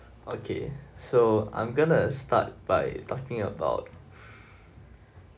okay so I'm gonna start by talking about